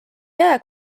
jää